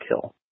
kill